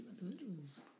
individuals